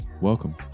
Welcome